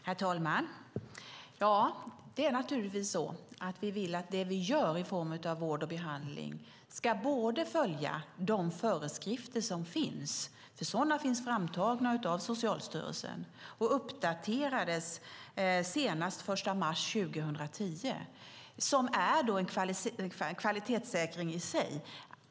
Herr talman! Naturligtvis vill vi att det vi gör i form av vård och behandling ska följa de föreskrifter som finns. Sådana finns framtagna av Socialstyrelsen, och de uppdaterades senast den 1 mars 2010. De utgör en kvalitetssäkring i sig.